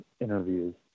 interviews